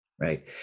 right